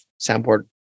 soundboard